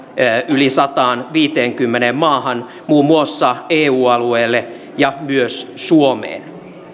yli sadanviidenkymmenen maahan muun muassa eu alueelle ja myös suomeen